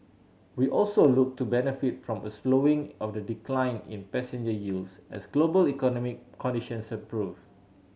we also look to benefit from a slowing of the decline in passenger yields as global economic conditions improve